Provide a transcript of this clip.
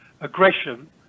aggression